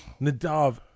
Nadav